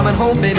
home. and